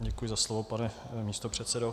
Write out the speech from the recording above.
Děkuji za slovo, pane místopředsedo.